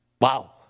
Wow